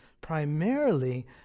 primarily